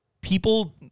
people